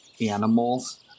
animals